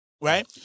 Right